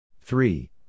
Three